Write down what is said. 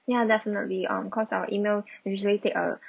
ya definitely um cause our email usually take a